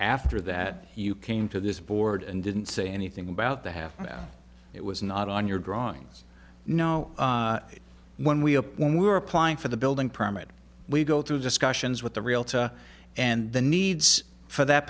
after that you came to this board and didn't say anything about the half it was not on your drawings no when we opened we were applying for the building permit we go through discussions with the realtor and the needs for that